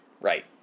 Right